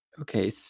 okay